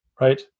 right